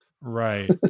Right